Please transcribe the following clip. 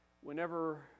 whenever